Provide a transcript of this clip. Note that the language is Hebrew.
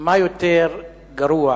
מה יותר גרוע,